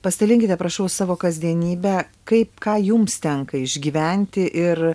pasidalinkite prašau savo kasdienybe kaip ką jums tenka išgyventi ir